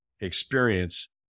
experience